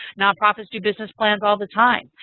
nonprofits do business plans all the time,